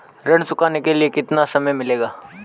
ऋण चुकाने के लिए कितना समय मिलेगा?